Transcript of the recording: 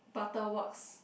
Butterworks